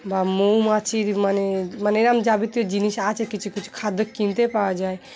বা মৌমাছির মানে মানে এরম যাবতীয় জিনিস আছে কিছু কিছু খাদ্য কিনতে পাওয়া যায়